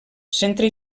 centre